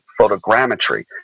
photogrammetry